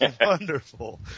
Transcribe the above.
wonderful